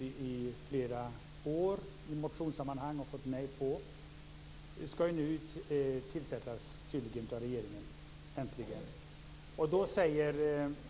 i motionssammanhang i flera år har krävt men där vi fått nej. Tydligen ska regeringen nu äntligen tillsätta en utredning.